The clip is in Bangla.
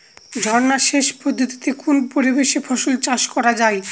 ঝর্না সেচ পদ্ধতিতে কোন পরিবেশে ফসল চাষ করা যায়?